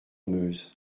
meuse